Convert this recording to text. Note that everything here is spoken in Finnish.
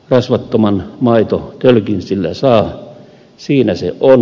rasvattoman maitotölkin sillä saa siinä se on